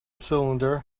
cylinder